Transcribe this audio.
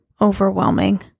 overwhelming